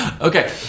Okay